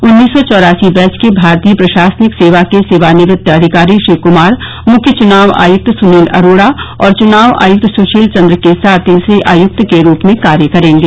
उन्नीस सौ चौरासी बैच के भारतीय प्रशासनिक सेवा के सेवानिवृत अधिकारी श्री कुमार मुख्य चुनाव आयुक्त सुनील अरोडा और चुनाव आयुक्त सुशील चन्द्र के साथ तीसरे आयुक्त के रूप में कार्य करेंगे